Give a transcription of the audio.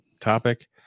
topic